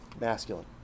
masculine